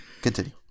continue